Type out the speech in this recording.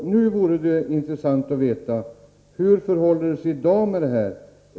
Nu vore det intressant att få veta: Hur förhåller det sig med detta i dag?